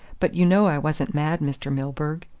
but you know i wasn't mad, mr. milburgh.